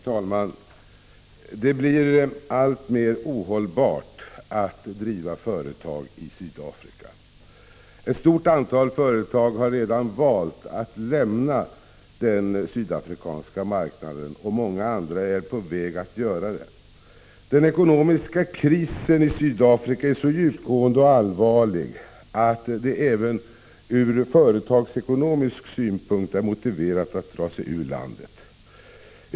Herr talman! Det blir alltmer ohållbart för utländska företag att driva verksamhet i Sydafrika. Ett stort antal företag har redan valt att lämna den sydafrikanska marknaden, och många fler är på väg att göra det. Den ekonomiska krisen i Sydafrika är så djupgående och allvarlig att det ur företagsekonomisk synpunkt är motiverat att dra sig ur landet.